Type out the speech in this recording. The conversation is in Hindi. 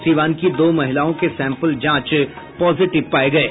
सीवान की दो महिलाओं के सैंपल जांच पॉजिटिव पाये गये